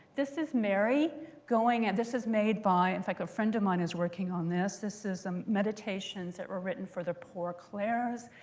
this is mary going and this is made by, in fact, a friend of mine who's working on this. this is um meditations that were written for the poor clares,